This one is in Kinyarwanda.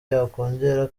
yakongera